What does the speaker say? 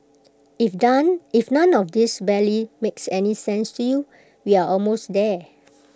if done if none of this barely makes any sense to you we are almost there